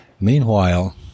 Meanwhile